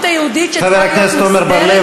היהודית שצריכה להיות מוסדרת ביהודה ושומרון.